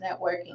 networking